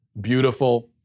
beautiful